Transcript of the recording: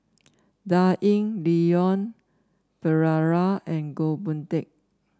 Dan Ying Leon Perera and Goh Boon Teck